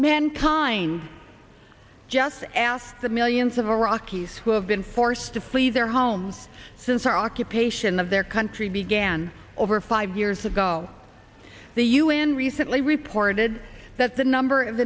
mankind just ask the millions of iraqis who have been forced to flee their homes since our occupation of their country began over five years ago the un recently reported that the number of